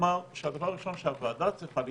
הדבר הראשון שהוועדה צריכה לקבוע,